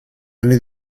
anni